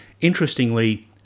Interestingly